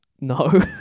No